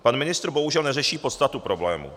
Pan ministr bohužel neřeší podstatu problému.